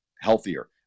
healthier